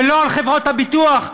ולא על חברות הביטוח,